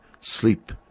sleep